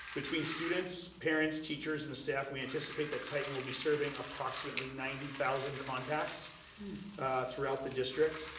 between students, parents, teachers and staff, we anticipate that titan will be serving approximately ninety thousand contacts throughout the district.